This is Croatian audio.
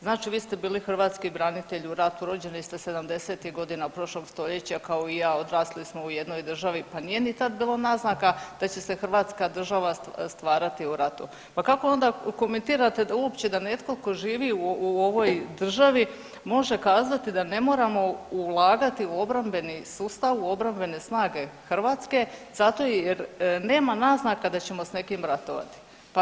Znači vi ste bili hrvatski branitelj, u ratu, rođeni ste 70-ih godina prošlog stoljeća, kao i ja, odrasli smo u jednoj državi, pa nije ni tad bilo naznaka da će se hrvatska država stvarati u ratu, pa kako onda komentirate da uopće da netko tko živi u ovoj državi, može kazati da ne moramo ulagati u obrambeni sustav, u obrambene snage Hrvatske zato jer nema naznaka da ćemo s nekim ratovati.